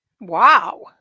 wow